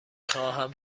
خواهم